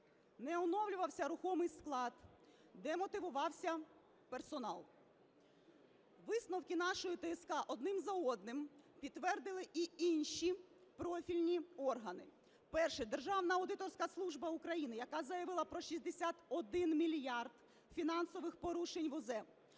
не оновлювався руховий склад, демотивувався персонал. Висновки нашої ТСК один за одним підтвердили і інші профільні органи. Перше. Державна аудиторська служба України, яка заявила про 61 мільярд фінансових порушень в УЗ.